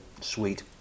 sweet